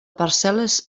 parcel·les